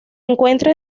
encuentra